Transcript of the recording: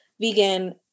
vegan